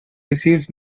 receives